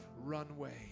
runway